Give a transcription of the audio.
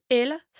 eller